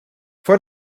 vor